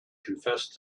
confessed